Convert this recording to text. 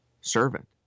servant